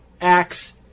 acts